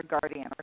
guardian